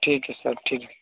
ठीक है सर ठीक है